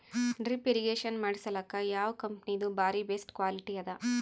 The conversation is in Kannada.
ಡ್ರಿಪ್ ಇರಿಗೇಷನ್ ಮಾಡಸಲಕ್ಕ ಯಾವ ಕಂಪನಿದು ಬಾರಿ ಬೆಸ್ಟ್ ಕ್ವಾಲಿಟಿ ಅದ?